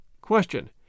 Question